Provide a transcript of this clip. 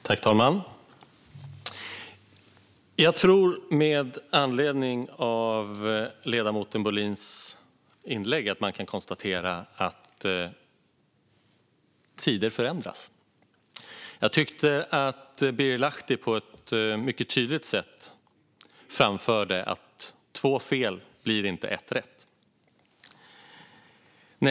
Herr talman! Jag tror att man med anledning av ledamoten Bohlins inlägg kan konstatera att tider förändras. Jag tycker att Birger Lahti på ett mycket tydligt sätt framförde att två fel inte blir ett rätt.